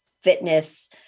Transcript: fitness